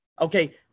Okay